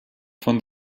von